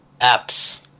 Apps